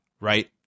Right